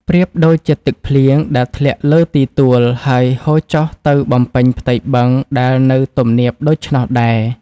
ប្រៀបដូចជាទឹកភ្លៀងដែលធ្លាក់លើទីទួល ហើយហូរចុះទៅបំពេញផ្ទៃបឹងដែលនៅទំនាបដូច្នោះដែរ។